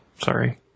sorry